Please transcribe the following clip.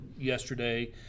yesterday